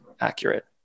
accurate